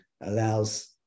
allows